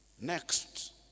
Next